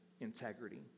integrity